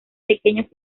pequeños